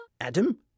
Adam